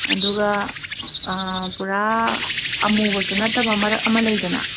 ꯑꯗꯨꯒ ꯄꯨꯔꯥ ꯑꯃꯨꯕꯁꯨ ꯅꯠꯇꯕ ꯃꯔꯛ ꯑꯃ ꯂꯩꯗꯅ